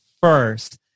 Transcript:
first